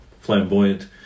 flamboyant